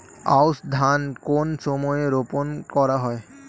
আউশ ধান কোন সময়ে রোপন করা হয়?